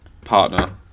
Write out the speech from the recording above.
partner